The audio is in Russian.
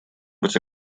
быть